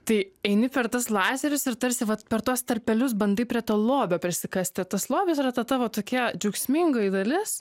tai eini per tuos lazerius ir tarsi vat per tuos tarpelius bandai prie to lobio prisikasti tas lobis yra ta tavo tokia džiaugsmingoji dalis